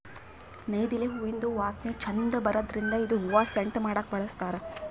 ನೈದಿಲೆ ಹೂವಿಂದ್ ವಾಸನಿ ಛಂದ್ ಬರದ್ರಿನ್ದ್ ಇದು ಹೂವಾ ಸೆಂಟ್ ಮಾಡಕ್ಕ್ ಬಳಸ್ತಾರ್